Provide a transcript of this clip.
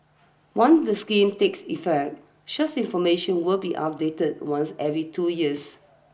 once the scheme take effect such information will be updated once every two years